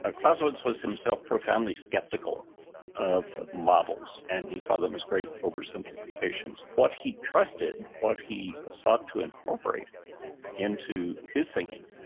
ah clausewitz was himself profoundly skeptical of models and he saw them as great oversimplifications. what he trusted, and what he sought to incorporate into his thinking,